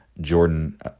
Jordan